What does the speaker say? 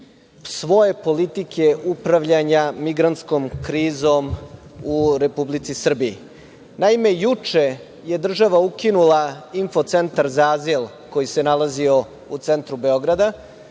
svoje politike upravljanja migrantskom krizom u Republici Srbiji? Naime, juče je država ukinula info-centar za azil koji se nalazio u centru Beograda.